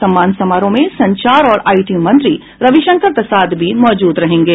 सम्मान समारोह में संचार और आईटी मंत्री रविशंकर प्रसाद भी मौजूद रहेंगे